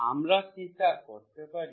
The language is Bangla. আমরা কি তা করতে পারি